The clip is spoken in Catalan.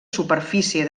superfície